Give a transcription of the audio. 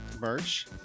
merch